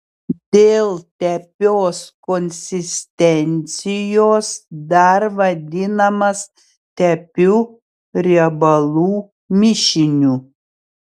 dėl tepios konsistencijos dar vadinamas tepiu riebalų mišiniu